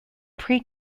pre